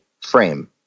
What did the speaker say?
frame